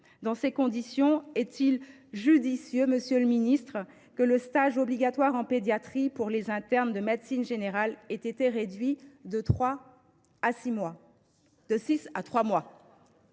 Dans ces conditions, est il judicieux, monsieur le ministre, que le stage obligatoire en pédiatrie pour les internes de médecine générale ait été réduit de six mois à